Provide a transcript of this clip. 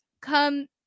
come